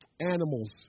animals